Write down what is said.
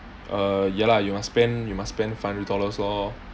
err ya lah you must spend you must spend five hundred dollars lor